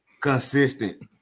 Consistent